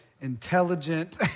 intelligent